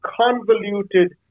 convoluted